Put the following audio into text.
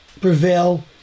prevail